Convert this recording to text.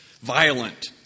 violent